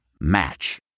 Match